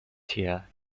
tier